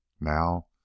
Now